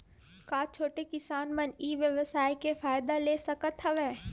का छोटे किसान मन ई व्यवसाय के फ़ायदा ले सकत हवय?